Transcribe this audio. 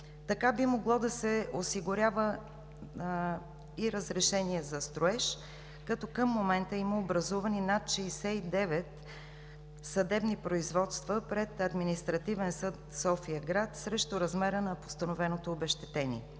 Така би могло да се осигурява и разрешение за строеж, като към момента има образувани над 69 съдебни производства пред Административен съд София-град срещу размера на постановеното обезщетение.